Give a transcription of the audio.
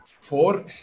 four